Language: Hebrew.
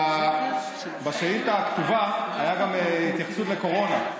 בשאילתה הכתובה הייתה גם התייחסות לקורונה,